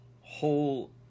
whole